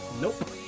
Nope